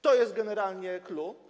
To jest generalnie clou.